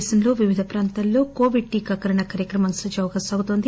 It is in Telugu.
దేశంలో వివిధ ప్రాంతాలలో కోవిడ్ టీకాకరణ కార్యక్రమం సజావుగా సాగుతోంది